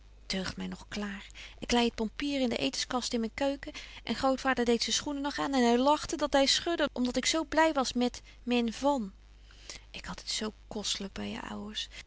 heugt my nog klaar ik lei het pampier in de eetenskast in men keuken en grootvader deedt zyn schoenen nog aan en hy lachte dat hy schudde om dat ik zo bly was met men van ik had het zo kostelyk by je ouwers